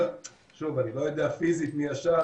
אני לא יודע פיזית מי ישב,